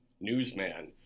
newsman